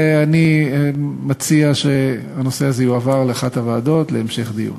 אני מציע שהנושא הזה יועבר לאחת הוועדות להמשך דיון.